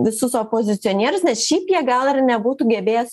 visus opozicionierius nes šiaip jie gal nebūtų gebėjęs